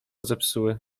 zepsuły